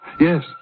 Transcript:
Yes